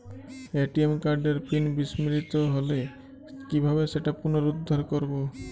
ATM কার্ডের PIN বিস্মৃত হলে কীভাবে সেটা পুনরূদ্ধার করব?